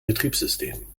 betriebssystem